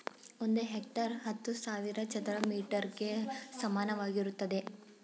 ಒಂದು ಹೆಕ್ಟೇರ್ ಹತ್ತು ಸಾವಿರ ಚದರ ಮೀಟರ್ ಗೆ ಸಮಾನವಾಗಿರುತ್ತದೆ